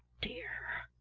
dear!